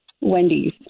Wendy's